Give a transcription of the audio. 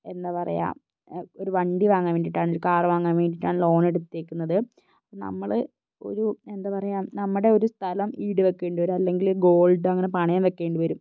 എന്താ പറയുക ഒരു വണ്ടി വാങ്ങാൻ വേണ്ടീട്ടാണ് ഒരു കാർ വാങ്ങാൻ വേണ്ടീട്ടാണ് ലോൺ എടുത്തേക്കുന്നത് നമ്മൾ ഒരു എന്താ പറയുക നമ്മടെ ഒരു സ്ഥലം ഈടുവെക്കേണ്ടിവരും അല്ലെങ്കിൽ ഗോൾഡ് അങ്ങനെ പണയം വക്കേണ്ടിവരും